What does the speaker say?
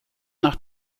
nach